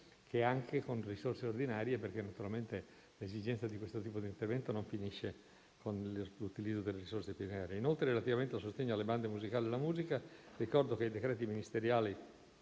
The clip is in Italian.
che con le risorse ordinarie, perché naturalmente l'esigenza di questo tipo di intervento non finisce con l'utilizzo delle risorse del PNRR. Inoltre, relativamente al sostegno alle bande musicali e alla musica, ricordo che i decreti ministeriali